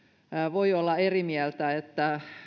voi olla eri mieltä että